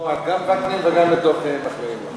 לשמוע גם וקנין וגם את דב חנין מחמיאים לך.